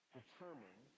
determine